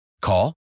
call